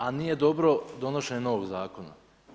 A nije dobro donošenje novog zakona.